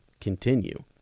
continue